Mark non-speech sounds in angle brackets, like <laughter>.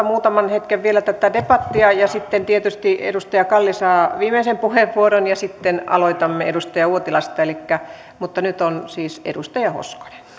<unintelligible> muutaman hetken vielä tätä debattia ja sitten tietysti edustaja kalli saa viimeisen puheenvuoron ja sitten aloitamme edustaja uotilasta mutta nyt on siis edustaja hoskonen